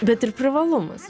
bet ir privalumas